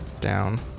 down